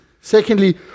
Secondly